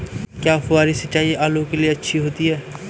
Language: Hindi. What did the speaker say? क्या फुहारी सिंचाई आलू के लिए अच्छी होती है?